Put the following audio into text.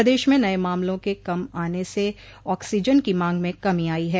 पदेश में नये मामलों के कम आने से ऑक्सीजन की मांग में कमी आई है